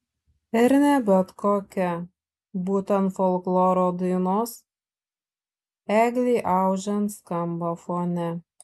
ir ne bet kokia būtent folkloro dainos eglei audžiant skamba fone